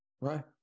Right